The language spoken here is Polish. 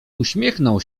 uśmiechnął